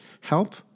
help